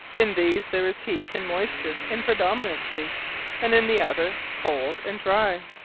in these there is heate and moysture in predominancy and in the other, cold and dry.